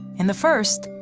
in the first,